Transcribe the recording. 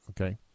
okay